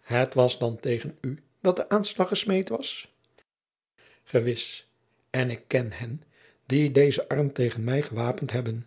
het was dan tegen u dat de aanslag gesmeed was gewis en ik ken hen die dezen arm tegen mij gewapend hebben